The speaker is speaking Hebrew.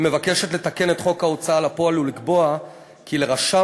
היא מבקשת לתקן את חוק ההוצאה לפועל ולקבוע כי לרשם